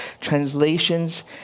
translations